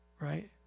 Right